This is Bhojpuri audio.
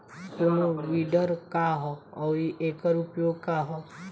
कोनो विडर का ह अउर एकर उपयोग का ह?